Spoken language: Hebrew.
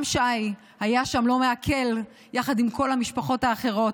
גם שי היה שם, לא מעכל, יחד עם כל המשפחות האחרות,